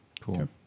Cool